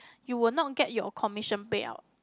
you will not get your commission payout